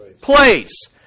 place